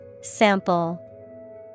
Sample